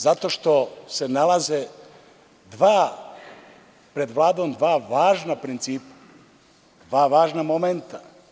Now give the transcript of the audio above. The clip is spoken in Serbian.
Zato što se nalaze pred Vladom dva važna principa, dva važna momenta.